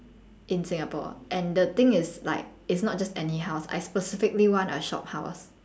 in singapore and the thing is like it's not just any house I specifically want a shophouse